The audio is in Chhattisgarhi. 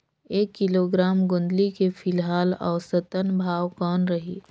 एक किलोग्राम गोंदली के फिलहाल औसतन भाव कौन रही?